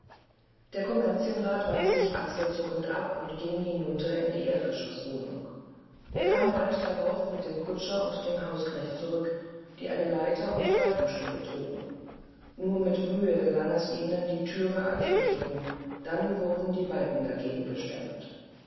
der kommerzienrat wandte sich achselzuckend ab und ging hinunter in die erdgeschoßwohnung er kam bald darauf mit dem kutscher und dem hausknecht zurück die eine leiter und balkenstücke trugen nur mit mühe gelang es ihnen die thüre anzudrücken dann wurden die balken dagegen gestemmt